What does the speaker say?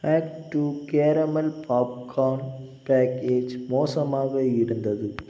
act two caramel popcorn package மோசமாக இருந்தது